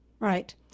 right